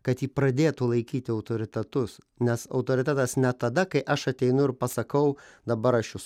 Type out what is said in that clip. kad jį pradėtų laikyti autoritetus nes autoritetas ne tada kai aš ateinu ir pasakau dabar aš jus